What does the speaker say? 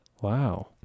wow